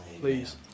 please